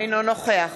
אינו נוכח